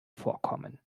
vorkommen